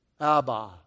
Abba